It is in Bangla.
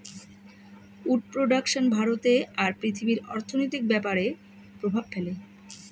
উড প্রডাকশন ভারতে আর পৃথিবীর অর্থনৈতিক ব্যাপরে প্রভাব ফেলে